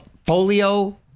folio